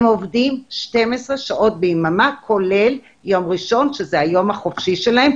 הם עובדים 12 שעות ביממה כולל יום ראשון שזה היום החופשי שלהם,